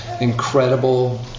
incredible